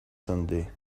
sunday